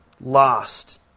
lost